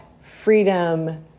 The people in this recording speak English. freedom